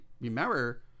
remember